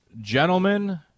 Gentlemen